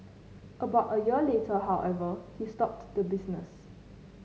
about a year later however he stopped the business